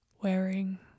wearing